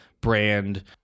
brand